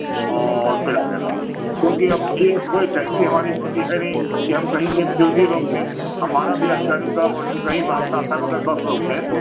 और पिला देना क्योंकि अब भाई ये कोई टैक्सी हमारी छोटी है नहीं कि हम कहीं पे भी यों हीं रोक दें हमारा भी मगर बस रोक दें